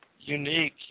unique